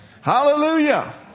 Hallelujah